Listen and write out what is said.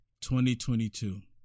2022